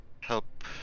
help